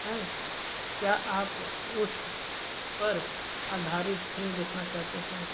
हैं क्या आप उस पर अधारित फ़िल्म देखना चाहते हैं